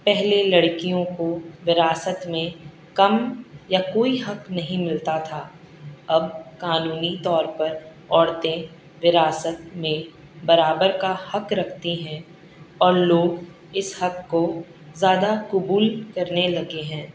پہلے لڑکیوں کو وراثت میں کم یا کوئی حق نہیں ملتا تھا اب قانونی طور پر عورتیں وراثت میں برابر کا حق رکھتی ہیں اور لوگ اس حق کو زیادہ قبول کرنے لگے ہیں